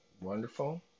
wonderful